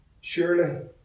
Surely